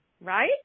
right